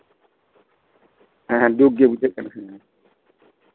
ᱦᱮᱸ ᱫᱩᱠ ᱜᱮ ᱵᱩᱷᱟᱹᱜ ᱠᱟᱱᱟ